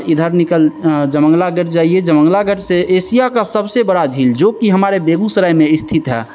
इधर निकल जमंगला गेट जाइए जमंगला गेट से एशिया का सबसे बड़ा झील जो कि हमारे बेगूसराय में स्थित है